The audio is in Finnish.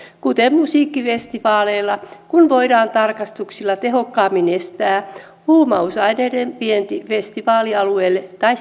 kuten musiikkifestivaaleilla kun voidaan tarkastuksilla tehokkaammin estää huumausaineiden vienti festivaalialueelle tai